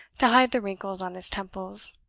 to hide the wrinkles on his temples.